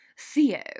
Theo